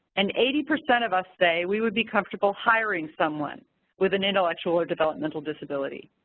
and eighty percent of us say we would be comfortable hiring someone with an intellectual or developmental disability.